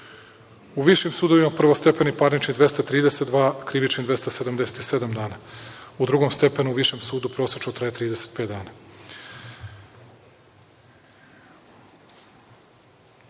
višim sudovima prvostepeni parnični 232, krivični 277 dana. U drugom stepenu u višem sudu prosečno traje 35